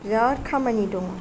बिराद खामानि दङ